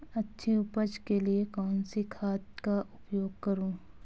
अच्छी उपज के लिए कौनसी खाद का उपयोग करूं?